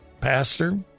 Pastor